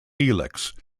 helix